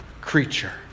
creature